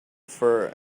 for